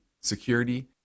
security